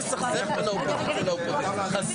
אני מחדש